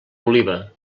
oliva